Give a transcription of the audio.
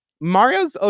Mario's